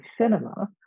cinema